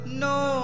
no